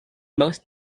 most